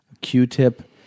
Q-tip